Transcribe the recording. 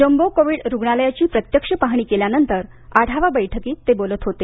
jumbo covid रुग्णालयाची प्रत्यक्ष पाहणी केल्यानंतर आढावा बैठकीत ते बोलत होते